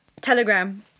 Telegram